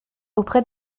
auprès